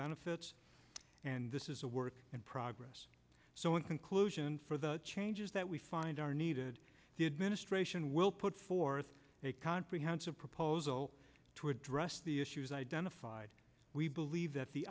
benefits and this is a work in progress so in conclusion for the changes that we find are needed the administration will put forth a conference of proposal to address the issues identified we believe that the